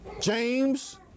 James